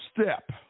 step